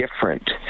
different